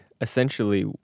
Essentially